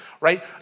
right